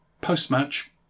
Post-match